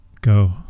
Go